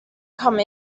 come